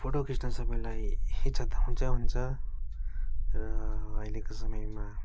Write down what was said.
photo खिच्न सबैलाई इच्छा त हुन्छै हुन्छ र अहिलेको समयमा